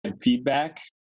feedback